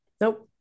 Nope